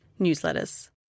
newsletters